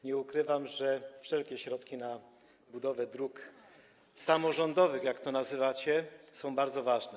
Nie ukrywam, że wszelkie środki na budowę dróg samorządowych, jak to nazywacie, są bardzo ważne.